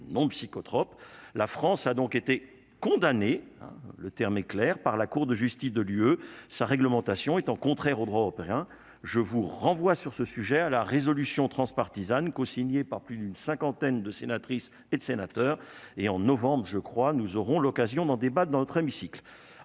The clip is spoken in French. non psychotrope, la France a donc été condamné, le terme est clair, par la Cour de justice de l'UE sa réglementation étant contraire au droit européen, je vous renvoie sur ce sujet à la résolution transpartisane cosignée par plus d'une cinquantaine de sénatrices et sénateurs et en novembre, je crois, nous aurons l'occasion d'un débat dans notre hémicycle